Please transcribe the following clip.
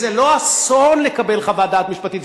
זה לא אסון לקבל חוות דעת משפטית.